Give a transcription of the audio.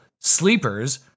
Sleepers